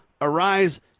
Arise